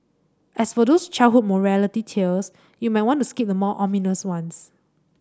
as for those childhood morality tales you might want to skip the more ominous ones